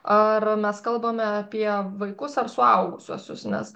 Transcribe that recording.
ar mes kalbame apie vaikus ar suaugusiuosius nes